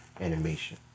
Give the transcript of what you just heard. animation